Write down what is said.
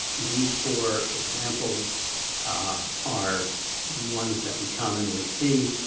these four examples are ones that we commonly see.